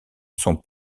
son